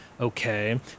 Okay